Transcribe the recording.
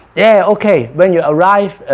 yeah, okay when you arrive